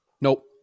Nope